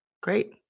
Great